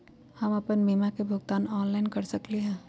हम अपन बीमा के भुगतान ऑनलाइन कर सकली ह?